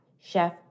Chef